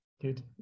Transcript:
Good